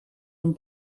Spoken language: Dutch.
een